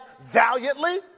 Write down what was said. valiantly